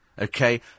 okay